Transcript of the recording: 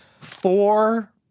Four